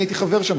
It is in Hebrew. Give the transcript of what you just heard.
אני הייתי חבר שם,